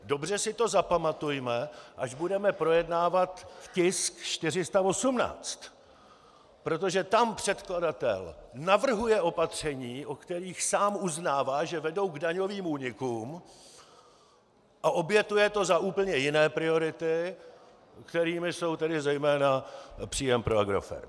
Dobře si to zapamatujme, až budeme projednávat tisk 418, protože tam předkladatel navrhuje opatření, o kterých sám uznává, že vedou k daňovým únikům, a obětuje to za úplně jiné priority, kterými jsou tedy zejména příjem pro Agrofert.